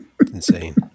Insane